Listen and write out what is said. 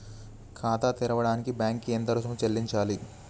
ఖాతా తెరవడానికి బ్యాంక్ కి ఎంత రుసుము చెల్లించాలి?